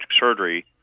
surgery